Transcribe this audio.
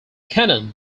canon